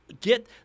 get